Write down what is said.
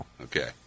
Okay